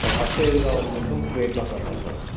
అచ్చ ఫస్ట్ ఏది కావాలి మీకు వెయిట్ లాస్ అవ్వాలి ఫస్ట్